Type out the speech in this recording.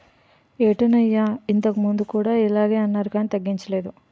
ఏటన్నయ్యా ఇంతకుముందు కూడా ఇలగే అన్నారు కానీ తగ్గించలేదు